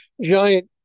giant